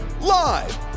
live